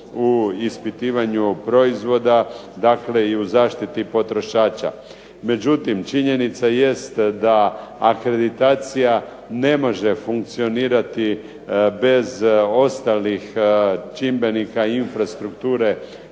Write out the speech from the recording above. u ispitivanju proizvoda, dakle i u zaštiti potrošača. Međutim, činjenica jest da akreditacija ne može funkcionirati bez ostalih čimbenika infrastrukture